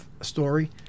story